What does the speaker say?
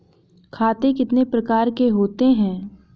खाते कितने प्रकार के होते हैं?